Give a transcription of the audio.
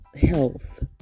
health